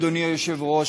אדוני היושב-ראש,